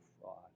fraud